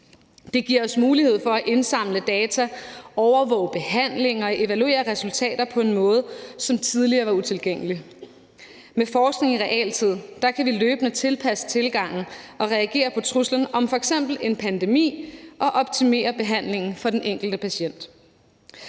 Det giver os mulighed for at indsamle data, overvåge behandling og evaluere resultater på en måde, som tidligere var utilgængelig. Med forskning i realtid kan vi løbende tilpasse tilgangen og reagere på truslen om f.eks. en pandemi og optimere behandlingen for den enkelte patient.